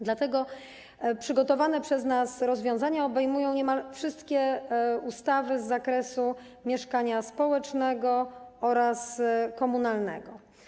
Dlatego przygotowane przez nas rozwiązania obejmują niemal wszystkie ustawy z zakresu mieszkania społecznego oraz komunalnego.